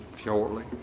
shortly